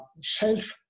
shelf